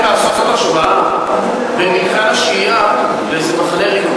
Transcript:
את מתכוונת באמת לעשות השוואה בין מתקן השהייה לאיזה מחנה ריכוז?